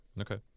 Okay